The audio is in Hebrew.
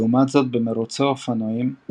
לעומת זאת במרוצי אופנועים,